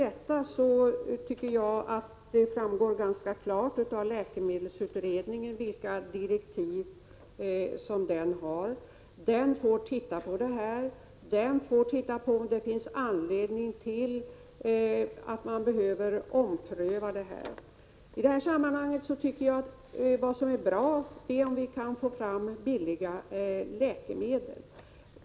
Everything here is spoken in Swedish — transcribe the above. Jag tycker att det framgår ganska klart vilka direktiv läkemedelsutredningen har. Den får se över det här och överväga om man behöver ompröva något på området. Vad som är bra i sammanhanget är om vi kan få fram billiga läkemedel.